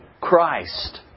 Christ